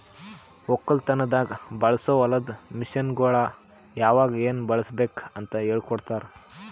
ಒಕ್ಕಲತನದಾಗ್ ಬಳಸೋ ಹೊಲದ ಮಷೀನ್ಗೊಳ್ ಯಾವಾಗ್ ಏನ್ ಬಳುಸಬೇಕ್ ಅಂತ್ ಹೇಳ್ಕೋಡ್ತಾರ್